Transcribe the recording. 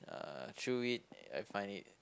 uh through it I find it